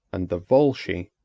and the volsci,